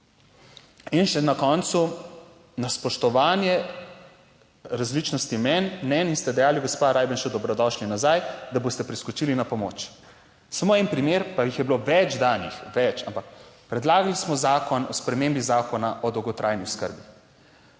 In še na koncu na spoštovanje različnosti mnenj, mnenj in ste dejali, gospa Rajbenšu, dobrodošli nazaj, da boste priskočili na pomoč. Samo en primer, pa jih je bilo več danih, več, ampak predlagali smo zakon o spremembi zakona o dolgotrajni oskrbi.